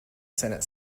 senate